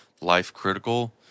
life-critical